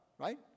Right